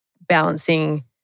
balancing